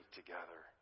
together